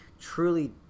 truly